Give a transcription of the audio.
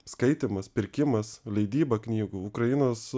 skaitymas pirkimas leidyba knygų ukrainos